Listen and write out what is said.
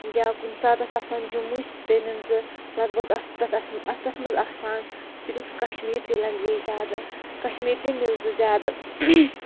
یا کُنہِ ساتہٕ آسہٕ آسان جموچ تہٕ نِوزٕ لگ بگ اَسہٕ تَتھ اَتھ تَتھ منٛز آسان صرف کَشمیٖرچہِ لنٛگویج زیادٕ کَشمیٖرچہِ نِوزٕ زیادٕ